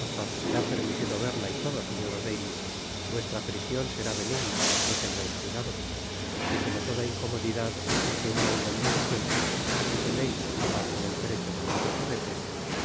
hasta os será permitido verla y todo señor oreilly vuestra prision será benigna no tengais cuidado y como toda incomodidad exige una indemnizacion aqui teneis á parte del precio de los dos herretes